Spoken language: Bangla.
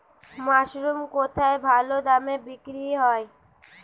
মাসরুম কেথায় ভালোদামে বিক্রয় হয়?